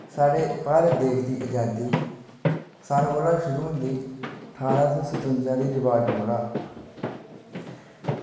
साढ़े भारत देश दी अजादी सारे कौलां शूरू होंदी ठारां सौ सतुंजा दी रिवाल्ट कोला